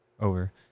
Over